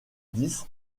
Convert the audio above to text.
dix